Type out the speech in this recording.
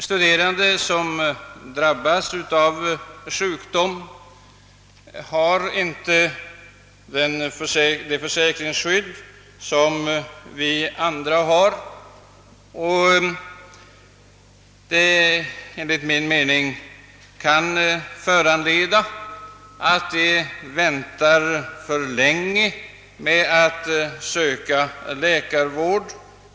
Studerande som drabbas av sjukdom har inte ett sådant försäkringsskydd som vi andra, vilket kan föranleda att de väntar för länge med att söka läkarvård.